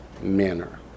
manner